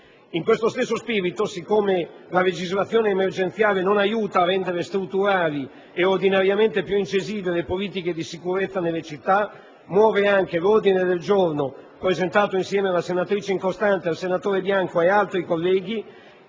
Inquesto stesso spirito, siccome la legislazione emergenziale non aiuta a rendere strutturali e ordinariamente più incisive le politiche di sicurezza nelle città, muove anche l'ordine del giorno G6.101, presentato insieme alla senatrice Incostante, al senatore Bianco e ad altri colleghi,